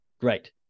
Great